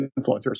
influencers